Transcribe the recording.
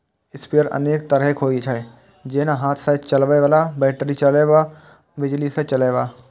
sprayer अनेक तरहक होइ छै, जेना हाथ सं चलबै बला, बैटरी चालित आ बिजली सं चलै बला